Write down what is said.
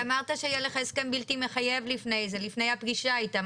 אמרת שהיה לך הסכם בלתי מחייב לפני הפגישה איתם.